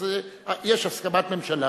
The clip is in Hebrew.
אז יש הסכמת ממשלה.